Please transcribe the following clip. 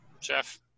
Jeff